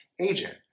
agent